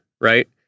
right